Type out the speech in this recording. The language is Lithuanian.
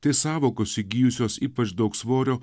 tai sąvokos įgijusios ypač daug svorio